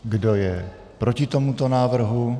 Kdo je proti tomuto návrhu?